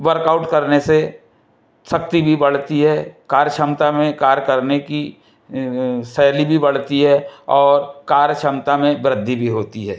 workout करने से शक्ति भी बढ़ती है कार्य क्षमता में कार्य करने की शैली भी बढ़ती है और कार्य क्षमता में वृद्धि भी होती है